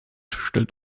stellt